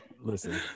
listen